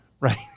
Right